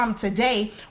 today